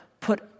put